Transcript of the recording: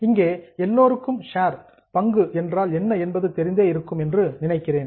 இங்கே எல்லோருக்கும் ஷேர் பங்கு என்றால் என்ன என்பது தெரிந்தே இருக்கும் என்று நினைக்கிறேன்